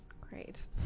great